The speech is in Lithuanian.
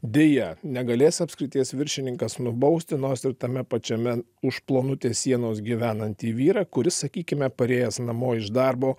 deja negalės apskrities viršininkas nubausti nors ir tame pačiame už plonutės sienos gyvenantį vyrą kuris sakykime parėjęs namo iš darbo